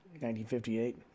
1958